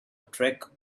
trick